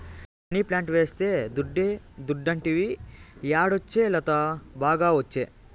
money plant వేస్తే దుడ్డే దుడ్డంటివి యాడొచ్చే లత, బాగా ఒచ్చే